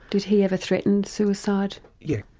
did he ever threaten suicide? yes,